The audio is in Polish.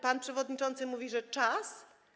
Pan przewodniczący mówi, że czas?